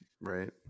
right